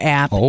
app